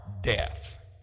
death